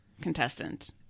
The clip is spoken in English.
contestant